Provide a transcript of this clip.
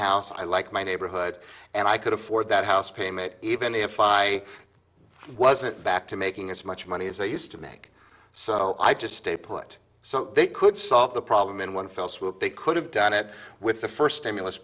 house i like my neighborhood and i could afford that house payment even if i i wasn't back to making as much money as i used to make so i just stay put so they could solve the problem in one fell swoop they could have done it with the first stimulus